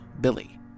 Billy